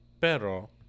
Pero